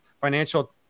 financial